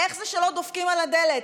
איך זה שלא דופקים על הדלת,